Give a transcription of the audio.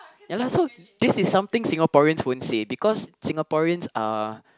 ya lah so this is something Singaporeans won't say because Singaporeans are